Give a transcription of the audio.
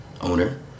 owner